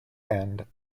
and